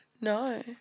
No